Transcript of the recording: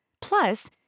Plus